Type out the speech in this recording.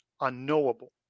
unknowable